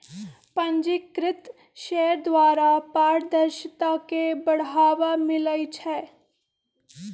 पंजीकृत शेयर द्वारा पारदर्शिता के बढ़ाबा मिलइ छै